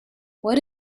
what